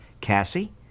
Cassie